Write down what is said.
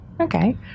Okay